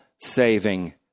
saving